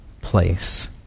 place